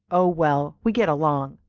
oh well, we get along.